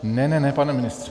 Ne, ne, ne, pane ministře.